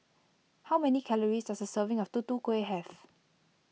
how many calories does a serving of Tutu Kueh have